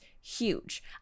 huge